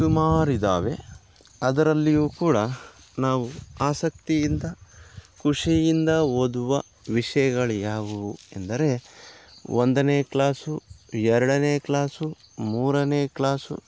ಸುಮಾರು ಇದ್ದಾವೆ ಅದರಲ್ಲಿಯೂ ಕೂಡ ನಾವು ಆಸಕ್ತಿಯಿಂದ ಖುಷಿಯಿಂದ ಓದುವ ವಿಷಯಗಳು ಯಾವುವು ಎಂದರೆ ಒಂದನೇ ಕ್ಲಾಸು ಎರಡನೇ ಕ್ಲಾಸು ಮೂರನೇ ಕ್ಲಾಸು